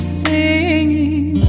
singing